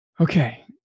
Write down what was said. Okay